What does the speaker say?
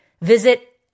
Visit